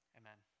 amen